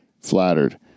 Flattered